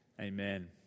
Amen